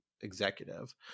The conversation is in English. executive